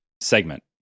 segment